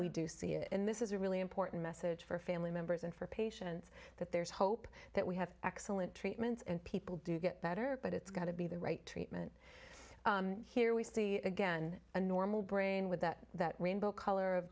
we do see it in this is a really important message for family members and for patients that there is hope that we have excellent treatments and people do get better but it's got to be the right treatment here we see again a normal brain with that rainbow color of